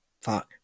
Fuck